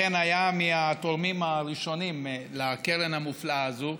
אדמונד ספרא אכן היה מהתורמים הראשונים לקרן המופלאה הזאת,